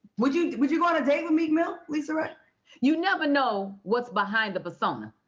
would you would you go on a date with meek mill, lisaraye? you never know what's behind the persona,